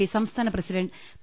P സംസ്ഥാന president P